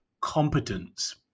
competence